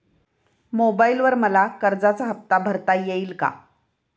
मोबाइलवर मला कर्जाचा हफ्ता भरता येईल का?